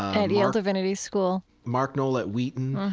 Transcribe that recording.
at yale divinity school mark noll at wheaton,